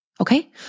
Okay